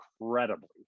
incredibly